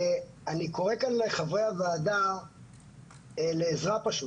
אני קורא כאן לחברי הוועדה לעזרה פשוט.